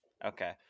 Okay